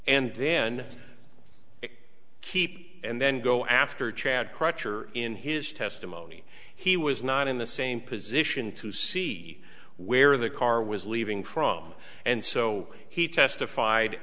and then keep and then go after chad crutcher in his testimony he was not in the same position to see where the car was leaving from and so he testified